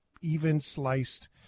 even-sliced